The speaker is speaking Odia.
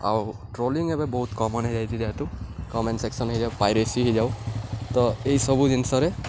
ଆଉ ଟ୍ରୋଲିଙ୍ଗ ଏବେ ବହୁତ କମନ୍ ହେଇଯାଇଛି ଯେହେତୁ କମେଣ୍ଟ ସେକ୍ସନ୍ ହେଇଯାଉ ପାଇରେସି ହେଇଯାଉ ତ ଏହିସବୁ ଜିନିଷରେ